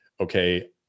okay